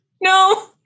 no